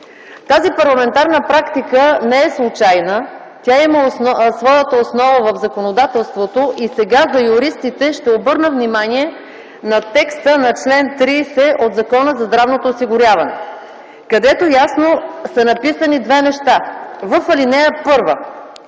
Тази парламентарна практика не е случайна. Тя има своята основа в законодателството и сега за юристите ще обърна внимание на текста на чл. 30 от Закона за здравното осигуряване. В него ясно са написани две неща – в ал.